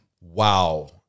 Wow